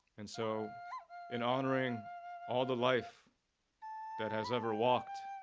and so in honoring all the life that has ever walked,